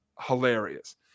hilarious